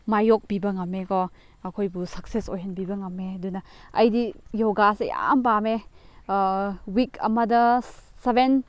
ꯃꯥꯏꯌꯣꯛꯄꯤꯕ ꯉꯝꯃꯦꯀꯣ ꯑꯩꯈꯣꯏꯕꯨ ꯁꯛꯁꯦꯁ ꯑꯣꯏꯍꯟꯕꯤꯕ ꯉꯝꯃꯦ ꯑꯗꯨꯅ ꯑꯩꯗꯤ ꯌꯣꯒꯥꯁꯦ ꯌꯥꯝ ꯄꯥꯝꯃꯦ ꯋꯤꯛ ꯑꯃꯗ ꯁꯕꯦꯟ